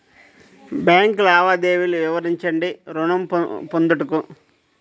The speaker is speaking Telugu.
బ్యాంకు లావాదేవీలు వివరించండి ఋణము పొందుటకు?